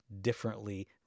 differently